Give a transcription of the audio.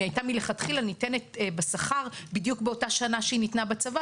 אם היא היתה מלכתחילה ניתנת בשכר בדיוק באותה שנה שהיא ניתנה בצבא,